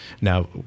Now